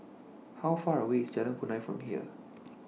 How Far away IS Jalan Punai from here